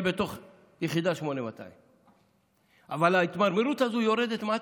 בתוך יחידה 8200. אבל ההתמרמרות הזו יורדת מטה.